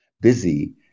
busy